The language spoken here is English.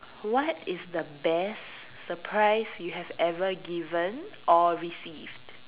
what is the best surprise you have ever given or receive